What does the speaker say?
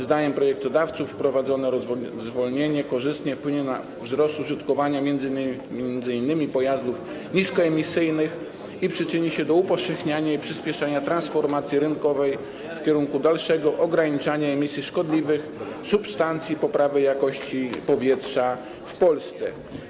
Zdaniem projektodawców wprowadzone zwolnienie korzystnie wpłynie na wzrost użytkowania m.in. pojazdów niskoemisyjnych i przyczyni się do upowszechniania i przyspieszenia transformacji rynkowej w kierunku dalszego ograniczania emisji szkodliwych substancji i poprawy jakości powietrza w Polsce.